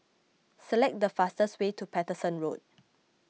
select the fastest way to Paterson Road